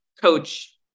coach